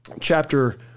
chapter